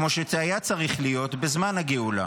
כמו שזה היה צריך להיות בזמן הגאולה